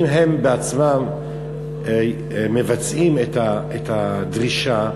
אם הם בעצמם מבצעים את הדרישה,